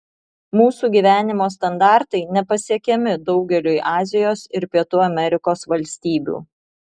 mūsų gyvenimo standartai nepasiekiami daugeliui azijos ir pietų amerikos valstybių